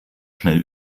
schnell